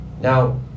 Now